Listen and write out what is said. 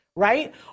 Right